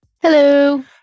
Hello